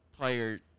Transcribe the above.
player